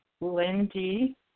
Lindy